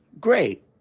Great